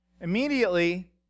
immediately